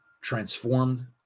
transformed